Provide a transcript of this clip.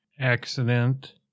accident